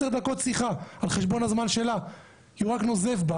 בשעה 17:00 לעשר דקות על חשבון הזמן שלה כי הוא רק נוזף בה